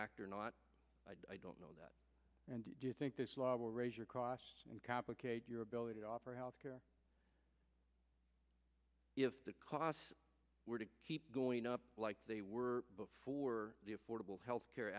act or not i don't know that and do you think this law will raise your costs complicate your ability to offer health care if the costs were to keep going up like they were before the affordable health care